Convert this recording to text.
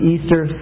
Easter